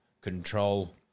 control